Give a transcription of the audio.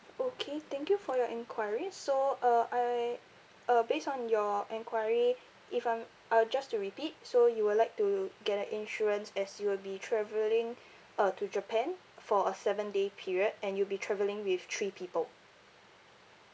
okay thank you for your enquiry so uh I uh based on your enquiry if I'm uh just to repeat so you would like to get an insurance as you will be travelling uh to japan for a seven day period and you'll be travelling with three people